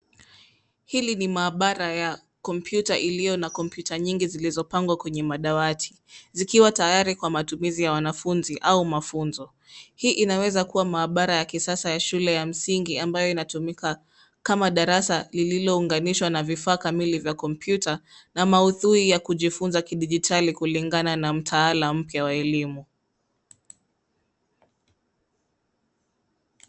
Hili ni maabara ya kompyuta iliyo na kompyuta nyingi zilizopangwa kwenye madawati zikiwa tayari kwa matumizi ya wanafunzi au mafunzo. Hii inaweza kuwa maabara ya kisasa ya shule ya msingi ambayo inatumika kama darasa lililounganishwa na vifaa kamili vya kompyuta na maudhui ya kujifunza kidijitali kulingana na mtalaa mpya wa elimu.